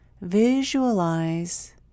visualize